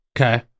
Okay